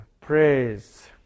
praise